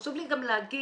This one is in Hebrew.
חשוב לי גם להגיד